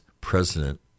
President